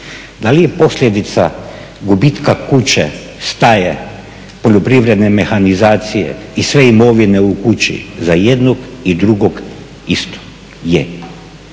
Da li je posljedica gubitka kuće, staje, poljoprivredne mehanizacije i sve imovine u kući za jednog i drugog isto? Je,